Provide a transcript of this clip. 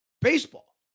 baseball